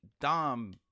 Dom